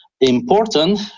important